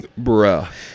Bruh